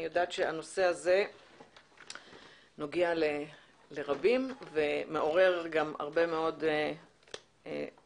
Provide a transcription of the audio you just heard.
אני יודעת שהנושא הזה נוגע לרבים ומעורר גם הרבה מאוד